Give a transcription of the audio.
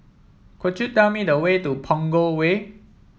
could you tell me the way to Punggol Way